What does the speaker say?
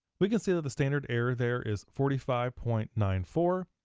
we can see that the standard error there is forty five point nine four,